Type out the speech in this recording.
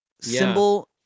symbol